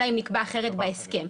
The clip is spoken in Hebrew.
אלא אם נקבע אחרת בהסכם.